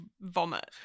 vomit